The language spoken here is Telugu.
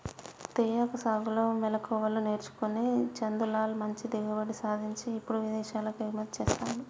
తేయాకు సాగులో మెళుకువలు నేర్చుకొని చందులాల్ మంచి దిగుబడి సాధించి ఇప్పుడు విదేశాలకు ఎగుమతి చెస్తాండు